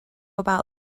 about